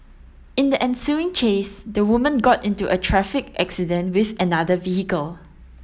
in the ensuing chase the woman got into a traffic accident with another vehicle